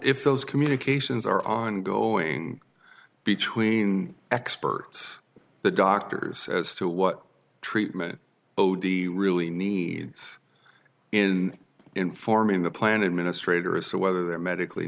if those communications are on go in between expert the doctors as to what treatment ody really needs in informing the plan administrator as to whether they're medically